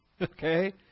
okay